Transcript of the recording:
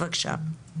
בבקשה.